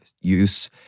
use